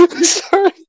Sorry